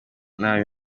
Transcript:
nabi